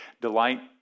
delight